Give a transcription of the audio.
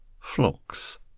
FLOCKS